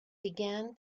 began